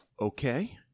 Okay